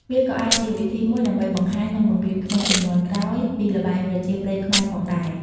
វាក៏អាចជាវិធីមួយដើម្បីបង្ហាញ និងបង្រៀនក្មេងជំនាន់ក្រោយពីល្បែងប្រជាប្រិយខ្មែរផងដែរ។